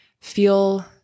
feel